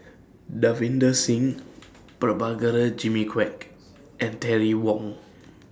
Davinder Singh Prabhakara Jimmy Quek and Terry Wong